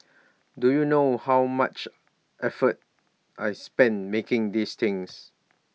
do you know how much effort I spent making these things